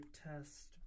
test